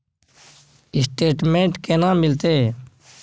Statement केना मिलते?